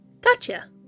Gotcha